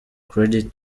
credit